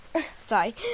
Sorry